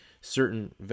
certain